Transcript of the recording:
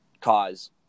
cause